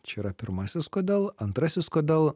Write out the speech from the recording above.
čia yra pirmasis kodėl antrasis kodėl